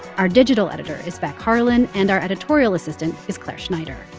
our digital editor is beck harlan, and our editorial assistant is clare schneider.